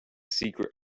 secret